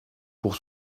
pour